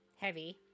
heavy